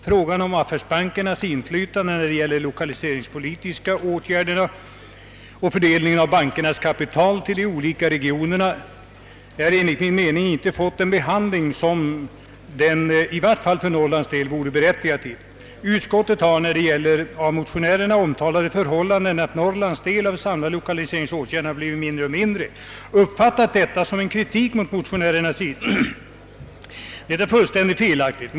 Frågan om affärsbankernas inflytande när det gäller de lokaliseringspolitiska åtgärderna och fördelningen av bankernas långivning till de olika regionerna har enligt min mening inte fått den behandling som den — i varje fall för Norrlands del — varit berättigad till. När motionärerna talat om att Norrlands del av de samlade lokaliseringsåtgärderna har blivit mindre och mindre, har utskottet uppfattat detta som kritik, vilket är fullständigt felaktigt.